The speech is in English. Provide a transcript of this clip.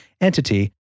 entity